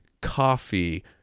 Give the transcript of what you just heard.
coffee